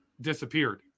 disappeared